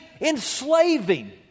enslaving